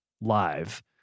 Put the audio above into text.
live